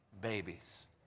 babies